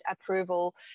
approval